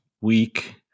week